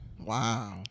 Wow